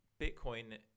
Bitcoin